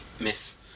Miss